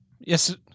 Yes